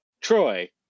Troy